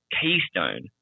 keystone